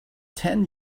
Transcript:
ten